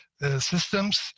systems